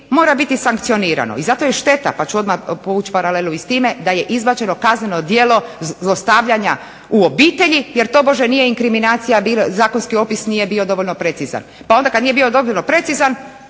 mora biti sankcionirano. I zato je šteta, pa ću odmah povući paralelu i s time da je izbačeno kazneno djelo zlostavljanja u obitelji, jer tobože nije inkriminacija bila, zakonski opis nije bio dovoljno precizan. Pa onda kad nije bio dovoljno precizan